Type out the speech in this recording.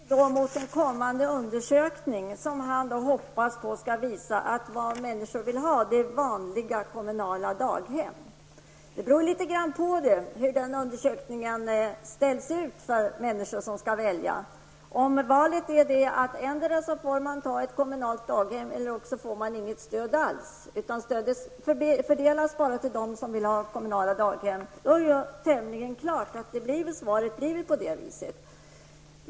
Herr talman! Bengt Lindqvist tror inte att tiden och människornas åsikter arbetar mot de socialistiska idéerna. Han lutar sig mot en kommande undersökning som han hoppas skall visa att vad människor vill ha är vanliga kommunala daghem. Ja, det beror i viss mån på hur den undersökningen ser ut med tanke på de människor som skall välja. Om valet står mellan att få tillgång till ett kommunalt daghem eller att inte få något stöd alls -- stödet fördelas bara bland dem som vill ha kommunalt daghem -- är det tämligen klart vad svaret blir.